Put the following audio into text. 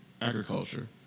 agriculture